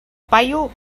paio